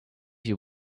you